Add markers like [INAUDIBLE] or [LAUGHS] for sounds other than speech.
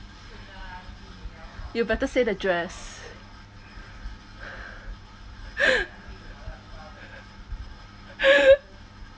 you better say the dress [LAUGHS]